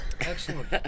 excellent